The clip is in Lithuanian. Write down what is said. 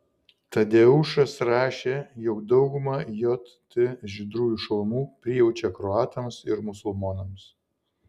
tadeušas rašė jog dauguma jt žydrųjų šalmų prijaučia kroatams ir musulmonams